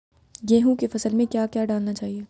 गेहूँ की फसल में क्या क्या डालना चाहिए?